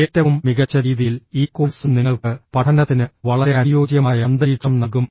ഏറ്റവും മികച്ച രീതിയിൽ ഈ കോഴ്സ് നിങ്ങൾക്ക് പഠനത്തിന് വളരെ അനുയോജ്യമായ അന്തരീക്ഷം നൽകും